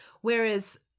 Whereas